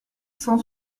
cent